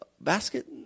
basket